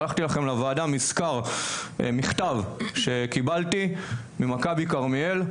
שלחתי לכם לוועדה מכתב שקיבלתי ממכבי כרמיאל,